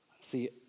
See